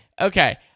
okay